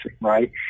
right